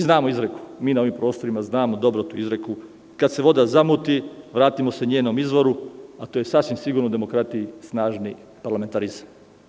Znamo izreku, mi na ovim prostorima znamo izreku, kada se voda zamuti, vratimo se njenom izvoru, a to je sasvim sigurno demokratiji snažnog parlamentarizma.